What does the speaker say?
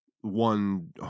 One